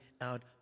out